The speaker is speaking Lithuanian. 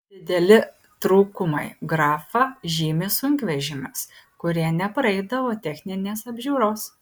dideli trūkumai grafa žymi sunkvežimius kurie nepraeidavo techninės apžiūros